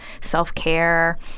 self-care